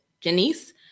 Janice